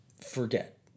Forget